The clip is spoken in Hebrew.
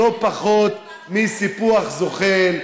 זה לא פחות מסיפוח זוחל,